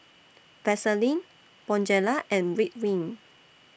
Vaselin Bonjela and Ridwind